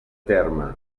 terme